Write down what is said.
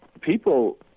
people